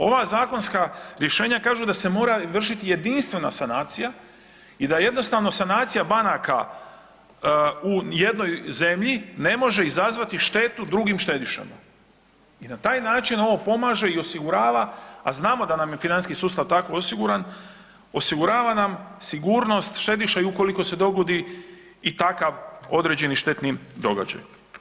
Ova zakonska rješenja kažu da se mora vršiti jedinstvena sanacija i da jednostavno sanacija banaka u jednoj zemlji ne može izazvati štetu drugim štedišama i na taj način ovo pomaže i osigurava, a znamo da nam je financijski sustav tako osiguran, osigurava nam sigurnost štediša i ukoliko se dogodi i takav određeni štetni događaj.